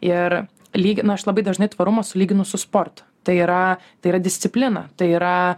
ir lyginu aš labai dažnai tvarumą sulyginu su sportu tai yra tai yra disciplina tai yra